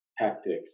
tactics